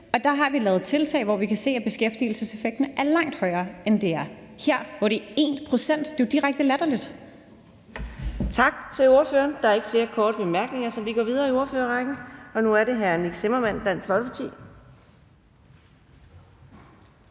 Og der har vi lavet tiltag, hvor vi kan se, at beskæftigelseseffekten er langt højere, end den er her, hvor det er 1 pct. Det er jo direkte latterligt. Kl. 15:39 Anden næstformand (Karina Adsbøl): Tak til ordføreren. Der er ikke flere korte bemærkninger, så vi går videre i ordførerrækken. Nu er det hr. Nick Zimmermann, Dansk Folkeparti.